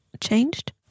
changed